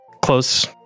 close